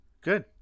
Good